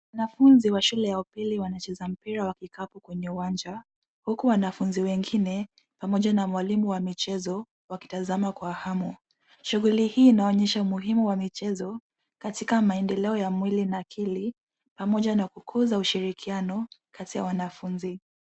Wanafunzi wa shule ya upili wanacheza mpira wa kikapu kwenye uwanja, huku wanafunzi wengine pamoja na mwalimu wa michezo, wakitazama kwa hamu. Shughuli hii inaonyesha umuhimu wa michezo katika maendeleo ya mwili na akili, pamoja na kukuza ushirikiano kati ya wanafunzi.